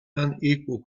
unequal